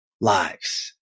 lives